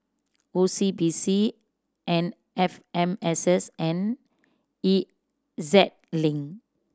O C B C and F M S S and E Z Link